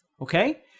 Okay